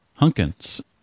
Hunkins